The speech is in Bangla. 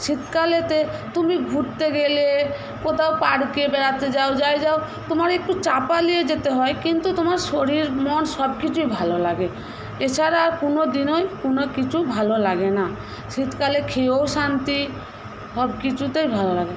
শীতকালে তুমি ঘুরতে গেলে কোথাও পার্কে যাও তোমাকে একটু চাপা নিয়ে যেতে হয় কিন্তু তোমার শরীর মন সবকিছুই ভালো লাগে এছাড়া কোনওদিনই কোনও কিছুই ভালো লাগে না শীতকালে খেয়েও শান্তি সবকিছুতে ভালো লাগে